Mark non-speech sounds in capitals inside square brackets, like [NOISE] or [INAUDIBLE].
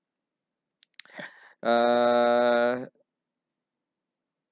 [NOISE] [BREATH] uh